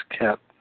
kept